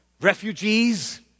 refugees